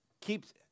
keeps